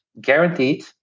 guaranteed